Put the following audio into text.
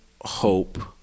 hope